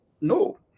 No